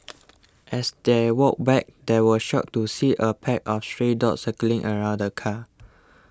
as they walked back they were shocked to see a pack of stray dogs circling around the car